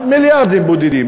מיליארדים בודדים,